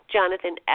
Jonathan